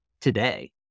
today